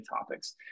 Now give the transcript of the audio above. topics